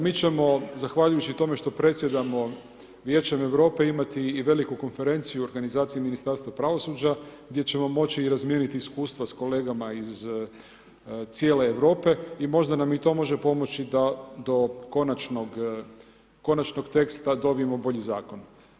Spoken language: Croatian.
Mi ćemo zahvaljujući tome, što predsjedamo Vijećem Europe imati i veliku konferencije, organizacije Ministarstva pravosuđa gdje ćemo moći i razmijeniti iskustva s kolegama iz cijele Europe i možda nam i to može pomoći da do konačnog teksta dobijemo bolji zakon.